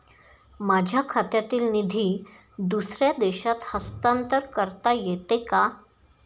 माझ्या खात्यातील निधी दुसऱ्या देशात हस्तांतर करता येते का?